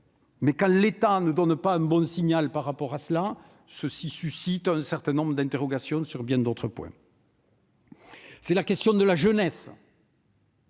mais, quand l'État ne donne pas un bon signal en la matière, cela suscite un certain nombre d'interrogations sur bien d'autres points. Il y a la question de la jeunesse.